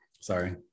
Sorry